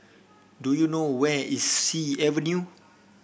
do you know where is Sea Avenue